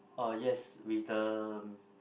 uh yes with the